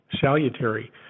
salutary